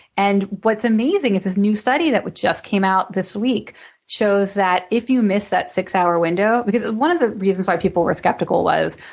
and what's amazing is this new study that just came out this week shows that if you miss that six-hour window because one of the reasons why people were skeptical was,